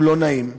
לא נעים,